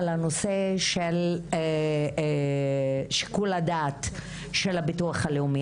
על הנושא של שיקול הדעת של הביטוח הלאומי.